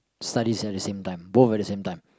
studies at the same time both at the same time